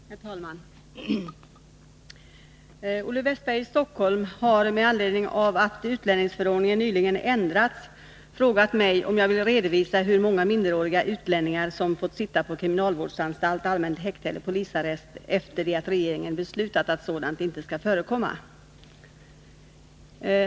Herr talman! Olle Wästberg i Stockholm har med anledning av att utlänningsförordningen nyligen ändrats frågat mig om jag vill redovisa hur många minderåriga utlänningar som fått sitta på kriminalvårdsanstalt, allmänt häkte eller polisarrest efter det att regeringen beslutat att sådant inte skall förekomma.